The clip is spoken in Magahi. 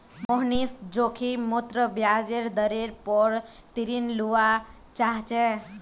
मोहनीश जोखिम मुक्त ब्याज दरेर पोर ऋण लुआ चाह्चे